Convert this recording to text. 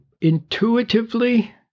intuitively